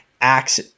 acts